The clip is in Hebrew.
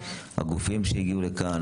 הגופים שהגיעו לכאן,